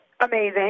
amazing